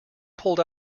pulled